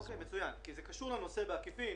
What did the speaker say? מצוין, כי זה קשור לנושא בעקיפין.